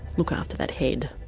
look after that head